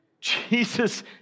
Jesus